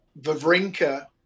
Vavrinka